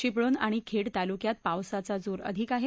चिपळूण आणि खेड तालुक्यात पावसाचा जोर अधिक आहे